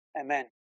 amen